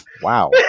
Wow